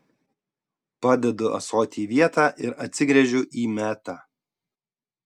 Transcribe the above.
padedu ąsotį į vietą ir atsigręžiu į metą